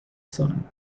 sun